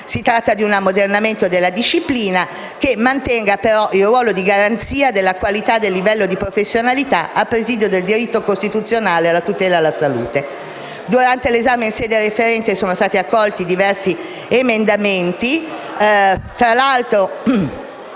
altri ordinamenti professionali, richiedono il mantenimento del ruolo di garanzia della qualità del livello di professionalità, a presidio del diritto costituzionale alla tutela della salute. Durante l'esame in sede referente sono stati accolti diversi emendamenti